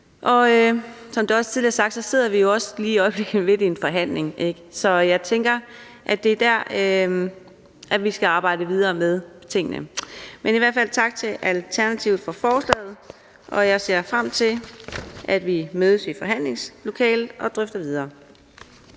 Som det også tidligere er sagt, sidder vi i øjeblikket midt i en forhandling, så jeg tænker, at det er der, vi skal arbejde videre med tingene. Men i hvert fald tak til Alternativet for forslaget. Jeg ser frem til, at vi mødes i et forhandlingslokale og drøfter videre.